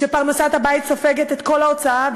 כשפרנסת הבית סופגת את כל ההוצאה,